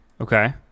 Okay